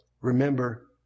remember